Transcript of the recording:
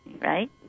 Right